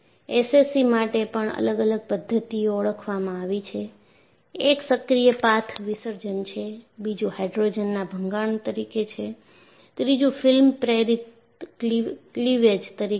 SCC માટે ત્રણ અલગ અલગ પદ્ધતિઓ ઓળખવામાં આવી છે એક સક્રિય પાથ વિસર્જન છે બીજું હાઇડ્રોજન ના ભંગાણ છે ત્રીજું ફિલ્મ પ્રેરિત ક્લીવેજ છે